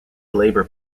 labour